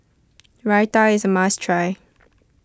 Raita is a must try